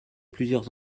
plusieurs